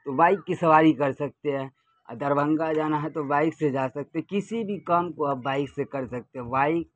تو بائک کی سواری کر سکتے ہیں اور دربھنگہ جانا ہے تو بائک سے جا سکتے کسی بھی کام کو آپ بائک سے کر سکتے ہیں بائک